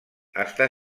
està